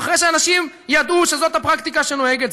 ואחרי שאנשים ידעו שזאת הפרקטיקה שנוהגת,